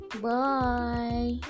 Bye